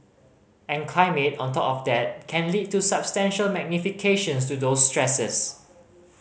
and climate on top of that can lead to substantial magnifications to those stresses